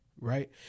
right